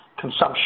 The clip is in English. consumption